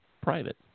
private